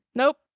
nope